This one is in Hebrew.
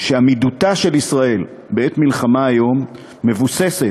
שעמידותה של ישראל בעת מלחמה היום מבוססת,